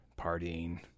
partying